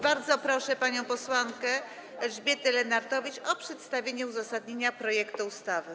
Bardzo proszę panią posłankę Elżbietę Lenartowicz o przedstawienie uzasadnienia projektu ustawy.